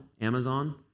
Amazon